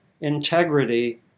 integrity